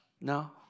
no